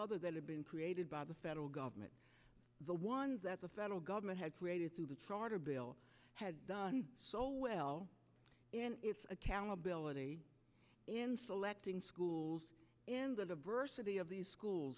other that had been created by the federal government the ones that the federal government had created through the charter bill has done so well in its accountability in selecting schools in the diversity of these schools